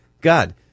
God